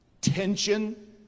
tension